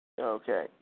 Okay